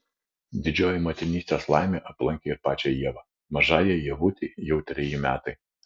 didžioji motinystės laimė aplankė ir pačią ievą mažajai ievutei jau treji metai